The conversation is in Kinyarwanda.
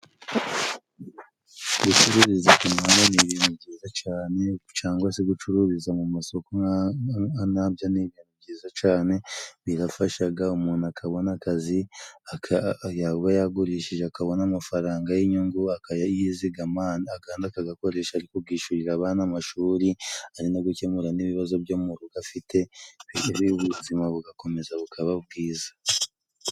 Gucuruziza ku muntu ni ibintu byiza cane cangwa se gucururiza mu masoko nabyo ni ibintu byiza cane , birafashaga umuntu akabona akazi yaba yagurishije akabona amafaranga y'inyungu, akayiziga akandi akagakoresha ari kukishyurira abana amashuri ari no gukemura n'ibibazo byo mu rugo afite bityo ubuzima bugakomeza bukaba bwiza.